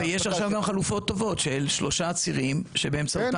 ויש עכשיו גם חלופות טובות של שלושה צירים שבאמצעותם